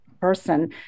person